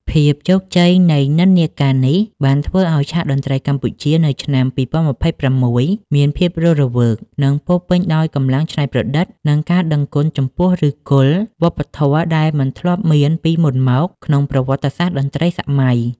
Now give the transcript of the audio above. ភាពជោគជ័យនៃនិន្នាការនេះ បានធ្វើឱ្យឆាកតន្ត្រីកម្ពុជានៅឆ្នាំ ២០២៦ មានភាពរស់រវើក ពោរពេញដោយកម្លាំងច្នៃប្រឌិត និងការដឹងគុណចំពោះឫសគល់វប្បធម៌ដែលមិនធ្លាប់មានពីមុនមកក្នុងប្រវត្តិសាស្ត្រតន្ត្រីសម័យ។